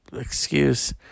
excuse